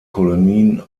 kolonien